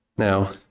Now